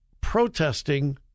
protesting